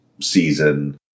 season